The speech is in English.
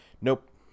nope